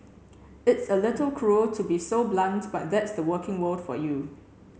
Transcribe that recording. it's a little cruel to be so blunt but that's the working world for you